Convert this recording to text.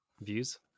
views